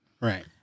Right